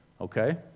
Okay